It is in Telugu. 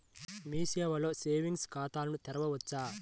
మీ సేవలో సేవింగ్స్ ఖాతాను తెరవవచ్చా?